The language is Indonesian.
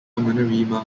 menerima